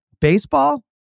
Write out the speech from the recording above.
baseball